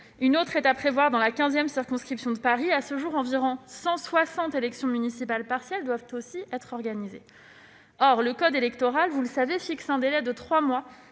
Une autre est à prévoir dans la quinzième circonscription de Paris. À ce jour, environ 160 élections municipales partielles doivent aussi être organisées. Or le code électoral fixe un délai de trois mois